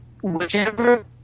whichever